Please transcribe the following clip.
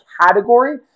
category